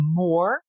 more